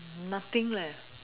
nothing leh